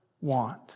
want